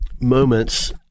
moments